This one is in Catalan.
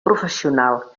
professional